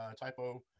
typo